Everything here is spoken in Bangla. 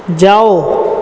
যাও